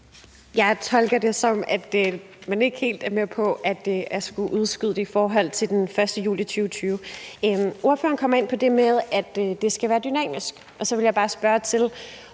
Jeg tolker det sådan, at man ikke helt er med på at udskyde det til efter den 1. juli 2020. Ordføreren kommer ind på det med, at det skal være dynamisk, og så vil jeg bare spørge: Vil